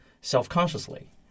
self-consciously